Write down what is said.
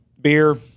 Beer